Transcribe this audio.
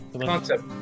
concept